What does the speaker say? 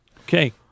Okay